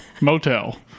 motel